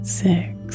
six